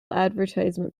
advertisement